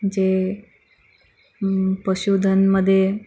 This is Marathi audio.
जे पशुधन मध्ये